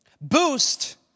Boost